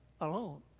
alone